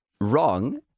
wrong